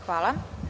Hvala.